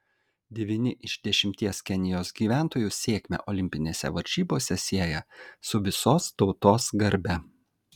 devyni iš dešimties kenijos gyventojų sėkmę olimpinėse varžybose sieja su visos tautos garbe